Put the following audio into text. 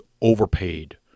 overpaid